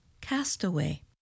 Castaway